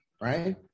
Right